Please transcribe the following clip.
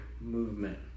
movement